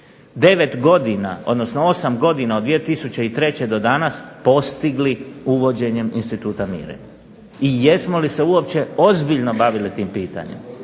9 godina, odnosno 8 godina od 2003. do danas postigli uvođenjem instituta mirenja i jesmo li se uopće ozbiljno bavili tim pitanjem.